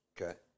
Okay